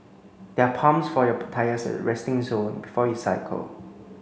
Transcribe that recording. there are pumps for your tyres at resting zone before you cycle